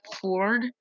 Ford